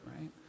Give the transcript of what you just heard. right